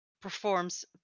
performs